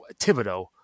Thibodeau